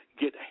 get